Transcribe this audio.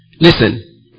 Listen